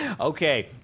Okay